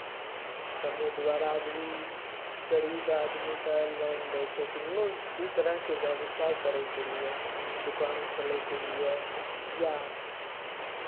समूह द्वारा भी गरीब आदमीकेँ लोन दै छै कोनो भी तरहके व्यवसाय करयके लिए दोकान खोलयके लिए या